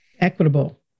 equitable